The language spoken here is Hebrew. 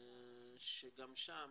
שגם שם,